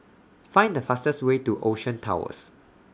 Find The fastest Way to Ocean Towers